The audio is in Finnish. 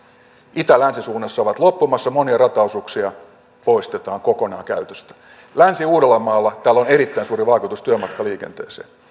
itä länsi suunnassa ovat loppumassa monia rataosuuksia poistetaan kokonaan käytöstä länsi uudellamaalla tällä on erittäin suuri vaikutus työmatkaliikenteeseen